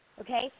Okay